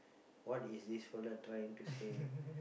what is this fellow trying to say